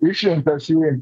išrinktas į